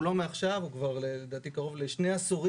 הוא לא מעכשיו, הוא מתמשך כבר לאורך שני עשורים.